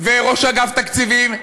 וראש אגף תקציבים,